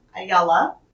Ayala